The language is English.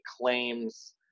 claims